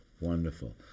Wonderful